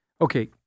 Okay